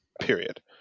period